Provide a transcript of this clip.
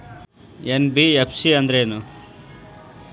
NBFC ಅಂದ್ರೇನು?